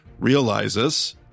realizes